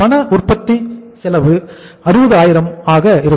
பண உற்பத்தி செலவு 60000 ஆக இருக்கும்